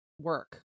work